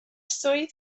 swydd